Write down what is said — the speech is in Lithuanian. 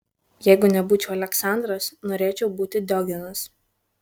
jeigu nebūčiau aleksandras norėčiau būti diogenas